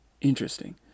interesting